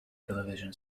television